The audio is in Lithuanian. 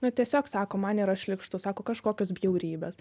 nu tiesiog sako man yra šlykštu sako kažkokios bjaurybės